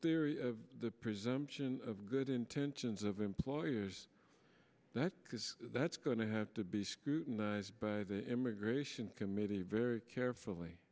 this the presumption of good intentions of employers that because that's going to have to be scrutinized by the immigration committee very carefully